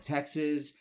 Texas